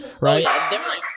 right